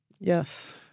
Yes